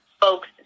folks